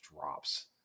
drops